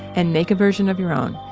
and make a version of your own.